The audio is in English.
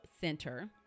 center